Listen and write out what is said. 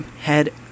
Head